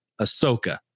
Ahsoka